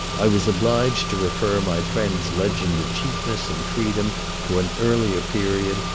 i was obliged to refer my friend's legend of cheapness and freedom to an earlier period,